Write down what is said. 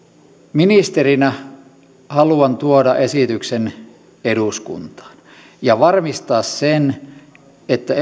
ministerinä haluan tuoda esityksen eduskuntaan ja varmistaa sen että